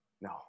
no